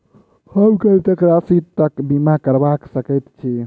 हम कत्तेक राशि तकक बीमा करबा सकैत छी?